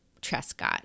Trescott